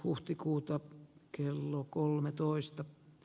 huhtikuuta kello kolmetoista